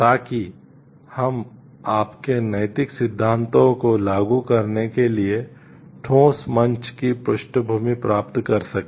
ताकि हम आपके नैतिक सिद्धांतों को लागू करने के लिए ठोस मंच की पृष्ठभूमि प्राप्त कर सकें